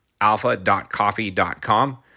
alpha.coffee.com